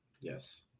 Yes